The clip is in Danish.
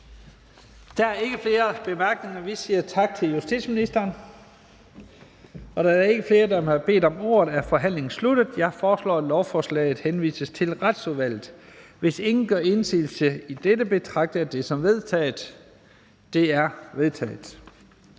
Der er ikke flere korte bemærkninger. Vi siger tak til justitsministeren. Da der ikke er flere, som har bedt om ordet, er forhandlingen sluttet. Jeg foreslår, at lovforslaget henvises til Retsudvalget. Hvis ingen gør indsigelse, betragter jeg det som vedtaget. Det er vedtaget.